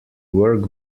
work